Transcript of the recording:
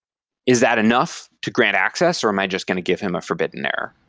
is that enough to grant access or am i just going to give him a forbidden error?